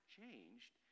changed